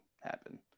happen